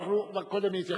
קודם נתייחס,